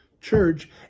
church